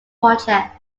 project